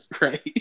right